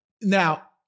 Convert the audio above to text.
Now-